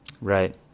Right